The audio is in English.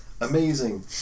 amazing